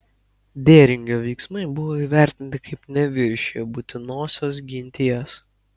dėringio veiksmai buvo įvertinti kaip neviršiję būtinosios ginties